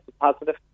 positive